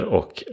och